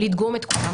לדגום את כולם,